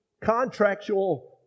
contractual